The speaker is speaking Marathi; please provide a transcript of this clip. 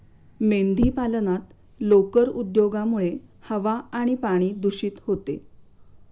मेंढीपालनात लोकर उद्योगामुळे हवा आणि पाणी दूषित होते